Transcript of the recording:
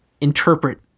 interpret